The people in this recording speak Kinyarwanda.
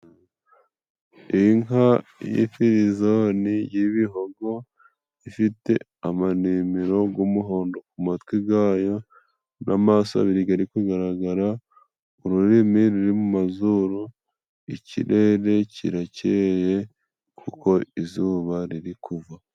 Inka y'ifirizoni y'ibihogo, ifite amanimero g'umuhondo ku matwi gayo n'amaso abiri gari kugaragara, ururimi ruri mu mazuru, ikirere kirakeye kuko izuba riri kuva.